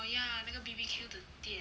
oh ya 那个 B_B_Q 的店